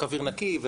חוק אוויר נקי,